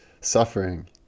suffering